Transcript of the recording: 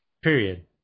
period